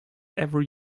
every